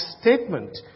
statement